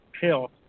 health